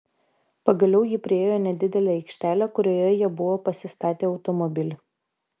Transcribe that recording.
pagaliau ji priėjo nedidelę aikštelę kurioje jie buvo pasistatę automobilį